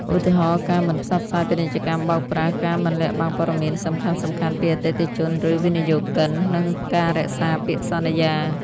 ឧទាហរណ៍ ការមិនផ្សព្វផ្សាយពាណិជ្ជកម្មបោកប្រាស់ ការមិនលាក់បាំងព័ត៌មានសំខាន់ៗពីអតិថិជន ឬវិនិយោគិន និងការរក្សាពាក្យសន្យា។